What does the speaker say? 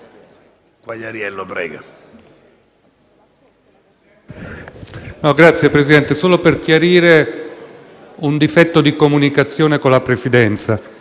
intervengo solo per chiarire un difetto di comunicazione con la Presidenza: